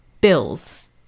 bills